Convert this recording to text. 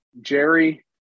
jerry